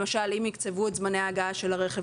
למשל אם יקצבו את זמני ההגעה של הרכב